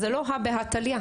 אז זה לא הא בהא תליא.